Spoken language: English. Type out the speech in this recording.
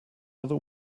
other